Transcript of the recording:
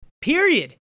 Period